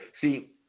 See